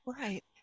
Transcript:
right